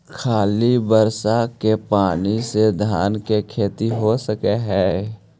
खाली बर्षा के पानी से धान के खेती हो सक हइ?